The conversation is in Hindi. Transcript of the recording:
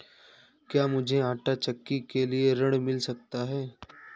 क्या मूझे आंटा चक्की के लिए ऋण मिल सकता है?